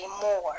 more